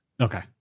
Okay